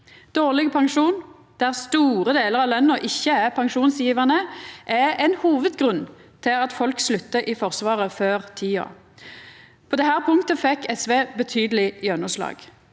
Dårleg pensjon, det at store delar av løna ikkje er pensjonsgjevande, er ein hovudgrunn til at folk sluttar i Forsvaret før tida. På dette punktet fekk SV betydeleg gjennomslag.